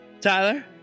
Tyler